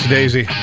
Daisy